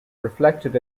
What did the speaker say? reflected